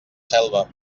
selva